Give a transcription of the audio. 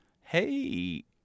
Hey